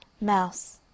Mouse